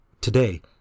Today